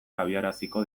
abiaraziko